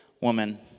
woman